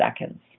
seconds